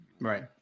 right